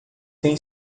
tem